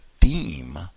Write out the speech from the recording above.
theme